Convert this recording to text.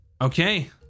Okay